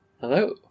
Hello